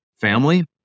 family